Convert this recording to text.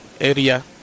area